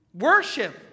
Worship